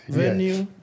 venue